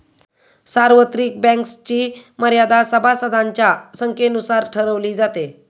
सार्वत्रिक बँक्सची मर्यादा सभासदांच्या संख्येनुसार ठरवली जाते